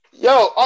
Yo